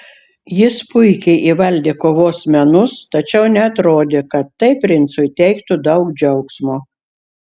jis puikiai įvaldė kovos menus tačiau neatrodė kad tai princui teiktų daug džiaugsmo